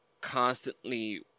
constantly